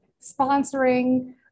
sponsoring